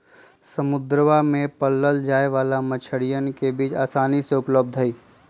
समुद्रवा में पाल्ल जाये वाला मछलीयन के बीज आसानी से उपलब्ध हई